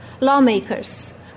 Lawmakers